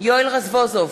יואל רזבוזוב,